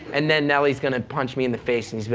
and then nelly's going to punch me in the face and be but